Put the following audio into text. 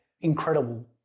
incredible